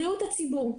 בריאות הציבור.